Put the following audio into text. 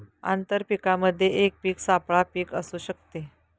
आंतर पीकामध्ये एक पीक सापळा पीक असू शकते